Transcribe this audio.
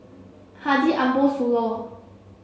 Haji Ambo Sooloh